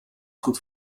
goed